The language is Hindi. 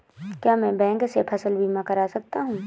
क्या मैं बैंक से फसल बीमा करा सकता हूँ?